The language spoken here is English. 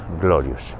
glorious